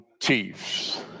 Chiefs